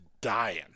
dying